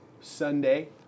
Sunday